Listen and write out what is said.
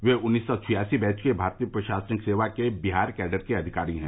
वे उन्नीस सौ छियासी बैच के भारतीय प्रशासनिक सेवा के बिहार कैडर के अधिकारी हैं